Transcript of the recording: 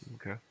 Okay